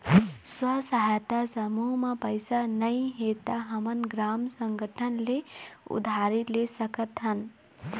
स्व सहायता समूह म पइसा नइ हे त हमन ग्राम संगठन ले उधारी ले सकत हन